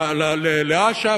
לאש"ף,